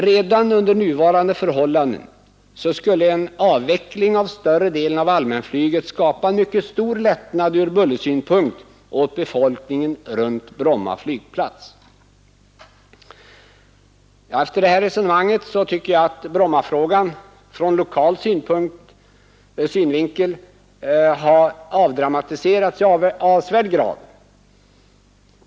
Redan under nuvarande förhållanden skulle en avveckling av större delen av allmänflyget skapa mycket stor lättnad från bullersynpunkt åt befolkningen runt Bromma flygplats. Efter det här resonemanget tycker jag att Brommafrågan från lokal synvinkel har avdramatiserats i avsevärd grad.